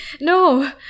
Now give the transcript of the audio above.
no